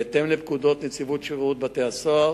בהתאם לפקודות נציבות שירות בתי-הסוהר,